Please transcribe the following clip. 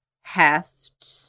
heft